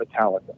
Metallica